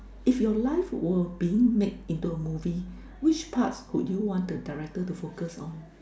if your life were being made into a movie which part would you want the director to focus on